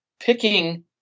picking